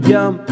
Yum